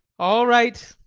all right.